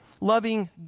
loving